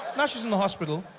and she is in the hospital,